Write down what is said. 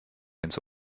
ins